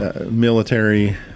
military